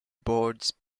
boards